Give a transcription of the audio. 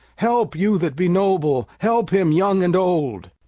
help, you that be noble help him, young and old!